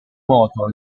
nuoto